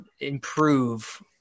improve